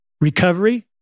recovery